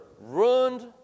ruined